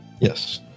yes